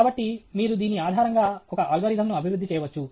కాబట్టి మీరు దీని ఆధారంగా ఒక అల్గోరిథంను అభివృద్ధి చేయవచ్చు